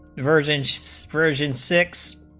versions so version six